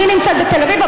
אני נמצאת בתל אביב,